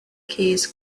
keys